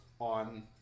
on